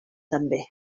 també